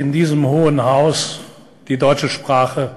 היום אני עומד לפניכם כנשיא הפרלמנט האירופי הרב-לאומי.